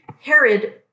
Herod